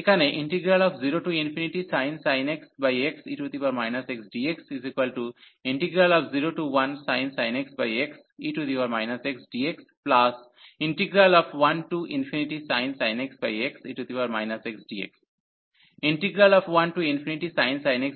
এখানে 0sin x xe x dx01sin x xe x dx1sin x xe x dx 1sin x